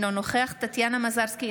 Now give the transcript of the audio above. אינו נוכח טטיאנה מזרסקי,